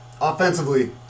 offensively